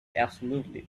absolutely